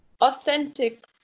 authentic